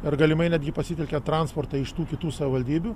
ir galimai netgi pasitelkiant transportą iš tų kitų savivaldybių